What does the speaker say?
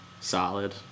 solid